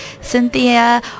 Cynthia